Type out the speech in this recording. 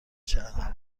شهر